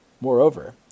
Moreover